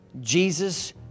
Jesus